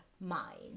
mind